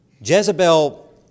Jezebel